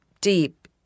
deep